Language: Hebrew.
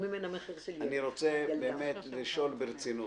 אני רוצה לשאול ברצינות.